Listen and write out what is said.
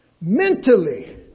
mentally